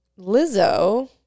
Lizzo